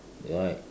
you're right